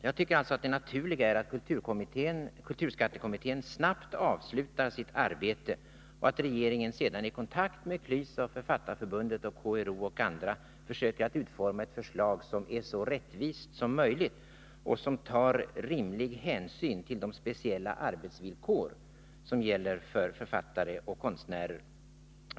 Jag tycker alltså att det naturliga är att kulturskattekommittén snabbt avslutar sitt arbete och att regeringen sedan, i kontakt med KLYS, Författarförbundet, KRO och andra försöker utforma ett förslag som är så rättvist som möjligt och som tar rimlig hänsyn till de speciella arbetsvillkor som gäller för författare och konstnärer.